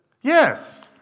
Yes